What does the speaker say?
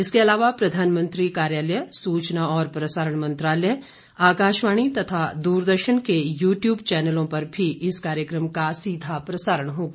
इसके अलावा प्रधानमंत्री कार्यालय सूचना और प्रसारण मंत्रालय आकाशवाणी तथा दूरदर्शन के यूट्यूब चौनलों पर भी इस कार्यक्रम का सीधाप्रसारण होगा